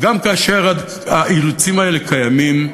גם כאשר האילוצים האלה קיימים,